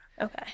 Okay